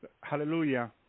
hallelujah